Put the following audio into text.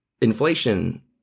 inflation